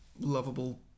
Lovable